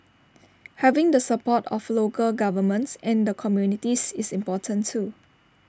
having the support of local governments and the communities is important too